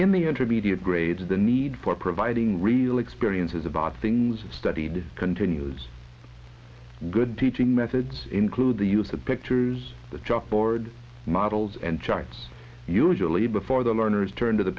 in the intermediate grades the need for providing real experiences about things studied continues good teaching methods include the use of pictures the chalkboard models and charts usually before the learners turn to the